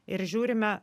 ir žiūrime